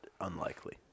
unlikely